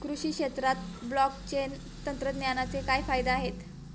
कृषी क्षेत्रात ब्लॉकचेन तंत्रज्ञानाचे काय फायदे आहेत?